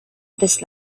this